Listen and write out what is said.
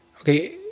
Okay